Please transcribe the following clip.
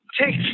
take